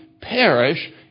perish